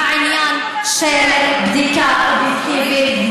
העניין של בדיקה אובייקטיבית,